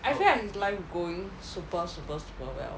I feel like his life going super super super well